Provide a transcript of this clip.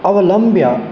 अवलम्ब्य